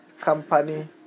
company